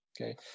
Okay